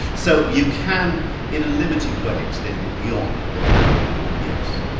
so you can in a limited way extend it beyond the paranormal, yes.